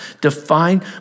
define